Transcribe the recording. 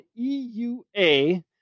EUA